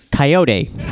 Coyote